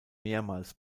mehrmals